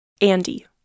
Andy